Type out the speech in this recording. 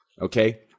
Okay